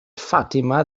fatima